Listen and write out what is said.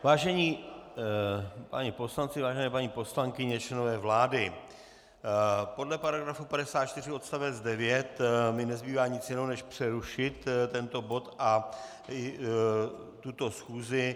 Vážení páni poslanci, vážené paní poslankyně, členové vlády, podle § 54 odst. 9 mi nezbývá nic jiného než přerušit tento bod a tuto schůzi.